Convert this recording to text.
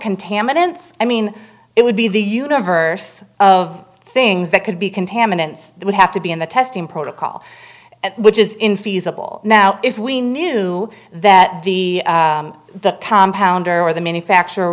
contaminants i mean it would be the universe of things that could be contaminants that would have to be in the testing protocol which is infeasible now if we knew that the the compound or the manufacturer